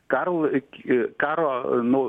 karo laik karo nu